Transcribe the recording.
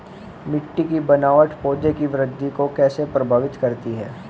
मिट्टी की बनावट पौधों की वृद्धि को कैसे प्रभावित करती है?